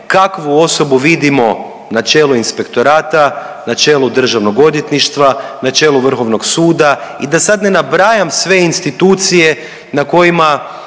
kakvu osobu vidimo na čelu inspektorata, na čelu Državnog odvjetništva, na čelu Vrhovnog suda i da sad ne nabrajam sve institucije na kojima